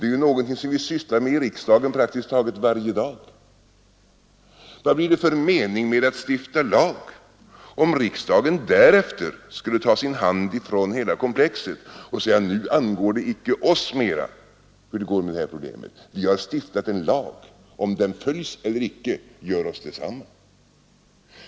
Det är någonting vi sysslar med i riksdagen praktiskt varje dag. Vad blir det för mening med att stifta lag om riksdagen därefter skulle ta sin hand ifrån hela komplexet och säga: Nu angår det inte oss mer hur det går med det här problemet; vi har stiftat en lag, om den följs eller icke gör oss detsamma?